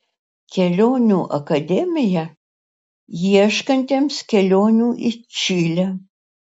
kelionių akademija ieškantiems kelionių į čilę